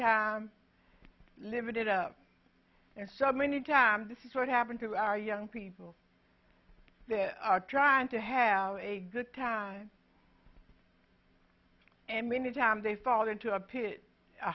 town limited up there so many times this is what happened to our young people there are trying to have a good time and many times they fall into a